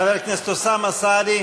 חבר הכנסת אוסאמה סעדי,